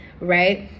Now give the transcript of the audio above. right